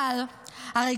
הרי